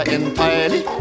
entirely